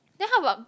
then how about